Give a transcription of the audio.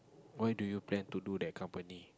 why do you plan to do that company